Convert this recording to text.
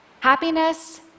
Happiness